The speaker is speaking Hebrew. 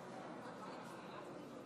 הכנסת.